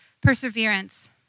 perseverance